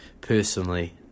personally